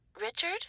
Richard